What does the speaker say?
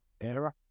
Era